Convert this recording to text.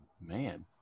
Man